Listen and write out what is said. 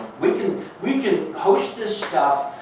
we can we can host this stuff.